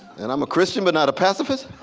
and i'm a christian but not a pacifist.